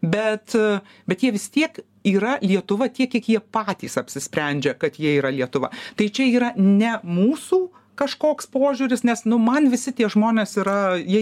bet bet jie vis tiek yra lietuva tiek kiek jie patys apsisprendžia kad jie yra lietuva tai čia yra ne mūsų kažkoks požiūris nes nu man visi tie žmonės yra jie